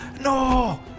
No